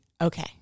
okay